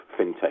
fintech